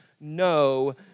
no